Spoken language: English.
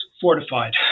fortified